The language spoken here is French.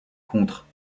contre